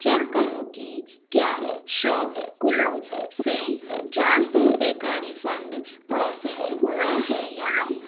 check करो की क्या शॉपक्लूज़ से चार सौ रुपये का रिफ़ंड प्रोसेस हुआ है या नहीं